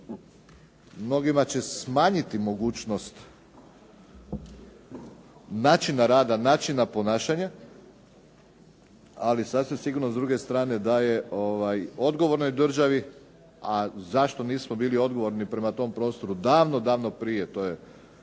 mnogima će smanjiti mogućnost načina rada, načina ponašanja ali sasvim sigurno s druge strane daje odgovornoj državi a zašto nismo bili odgovorni prema tom prostoru davno prije to je